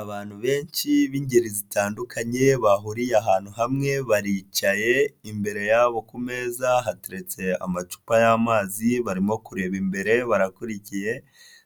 Abantu benshi b'ingeri zitandukanye bahuriye ahantu hamwe baricaye imbere yabo ku meza hateretse amacupa y'amazi barimo kureba imbere barakurikiye